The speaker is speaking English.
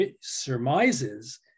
surmises